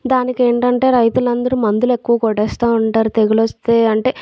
దానికి ఏంటంటే రైతులు అందరూ మందులు ఎక్కువ కొట్టేస్తా ఉంటారు తెగులొస్తే అంటే